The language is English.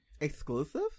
Exclusive